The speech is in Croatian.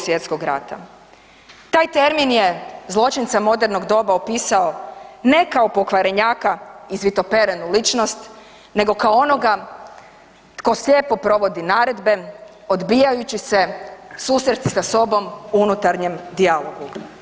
Svjetskog rata, taj termin je zločince modernog doba opisao ne kao pokvarenjaka, izvitoperenu ličnost, nego kao onoga tko slijepo provodi naredbe odbijajući se susresti sa sobom u unutarnjem dijalogu.